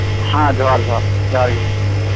ᱦᱮᱸ ᱡᱚᱦᱟᱨ ᱡᱚᱦᱟᱨ ᱡᱚᱦᱟᱨᱜᱤ